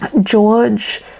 George